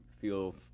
feel